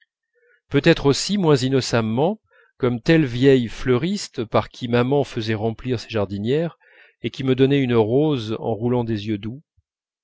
peut-être aussi moins innocemment comme telle vieille fleuriste par qui maman faisait remplir ses jardinières et qui me donnait une rose en roulant des yeux doux